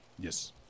Yes